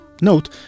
Note